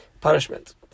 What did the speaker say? punishment